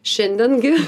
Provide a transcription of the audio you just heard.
šiandien gi